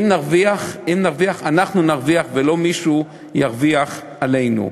אם נרוויח, אנחנו נרוויח ולא מישהו ירוויח עלינו.